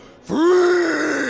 free